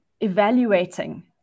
evaluating